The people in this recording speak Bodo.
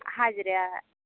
हाजिराया